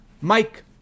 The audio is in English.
Mike